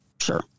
Sure